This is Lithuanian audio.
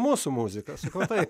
mūsų muziką sakau taip